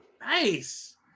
Nice